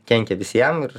kenkia visiem ir